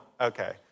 okay